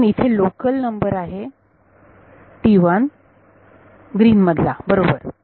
म्हणून इथे local number आहे ग्रीन मधला बरोबर